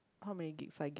how many gig five gig